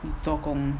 做工